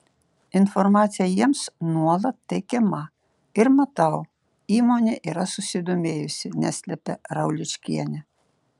informacija jiems nuolat teikiama ir matau įmonė yra susidomėjusi neslepia rauličkienė